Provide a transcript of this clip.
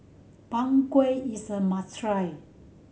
Png Kueh is a must try